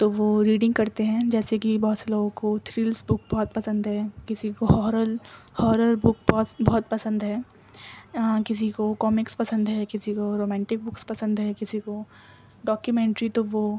تو وہ ریڈنگ کرتے ہیں جیسے کہ بہت سے لوگوں کو تھرلس بک بہت پسند ہے کسی کو ہورل ہورر بک بوس بہت پسند ہے کسی کو کامکس پسند ہے کسی کو رومینٹک بکس پسند ہے کسی کو ڈاکیومینٹری تو وہ